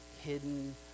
hidden